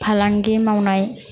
फालांगि मावनाय